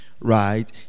right